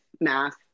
math